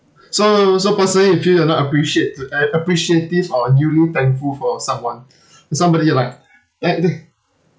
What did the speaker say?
so so personally you feel you're not appreciate uh appreciative or really thankful for someone or somebody like like the